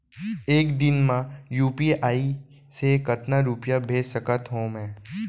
एक दिन म यू.पी.आई से कतना रुपिया भेज सकत हो मैं?